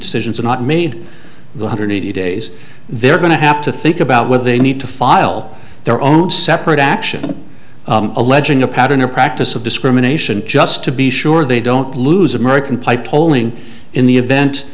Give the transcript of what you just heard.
decisions are not made the hundred eighty days they're going to have to think about whether they need to file their own separate action alleging a pattern or practice of discrimination just to be sure they don't lose american pie polling in the event